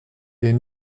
est